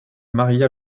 maria